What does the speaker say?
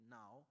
now